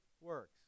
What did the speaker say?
works